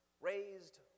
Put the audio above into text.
raised